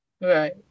Right